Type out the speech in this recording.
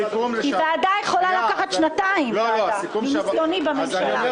כי ועדה יכולה לקחת שנתיים, מניסיוני בממשלה.